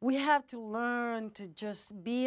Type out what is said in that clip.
we have to learn to just be